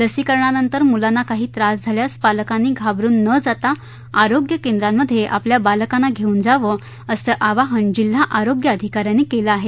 लसीकरणानंतर मुलांना काही त्रास झाल्यास पालकांनी घाबरून न जाता आरोग्य केंद्रामध्ये आपल्या बालकांना घेऊन जावं असं आवाहन जिल्हा आरोग्य अधिकाऱ्यांनी केलं आहे